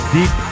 Deep